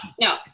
no